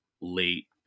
late